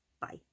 Bye